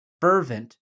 fervent